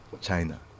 China